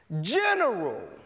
general